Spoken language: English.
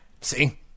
See